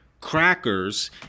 crackers